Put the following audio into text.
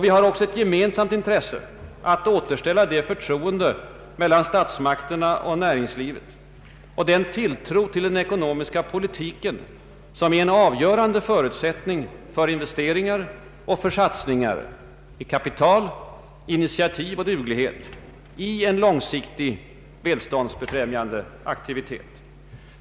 Vi har också ett gemensamt intresse att återställa det förtroende mellan statsmakterna och näringslivet och den tilltro till den ekonomiska politiken som är en avgörande förutsättning för investeringar och för satsningar i kapital, initiativ och duglighet, i en långsiktig, välståndsbefrämjande aktivitet.